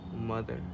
Mother